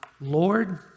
Lord